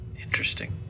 Interesting